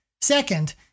Second